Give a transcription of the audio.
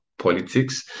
politics